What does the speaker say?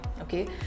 Okay